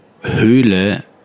höhle